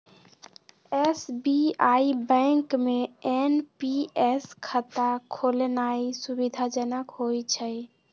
SBI bank में NPS खता खोलेनाइ सुविधाजनक होइ छइ